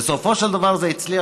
בסופו של דבר זה הצליח.